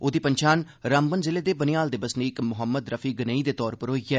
ओहदी पन्छान रामबन जिले दे बनिहाल दे बसनीक मोहम्मद रफी गेनेई दे तौरा पर होई ऐ